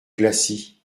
blacy